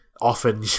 often